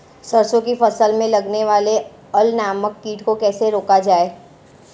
सरसों की फसल में लगने वाले अल नामक कीट को कैसे रोका जाए?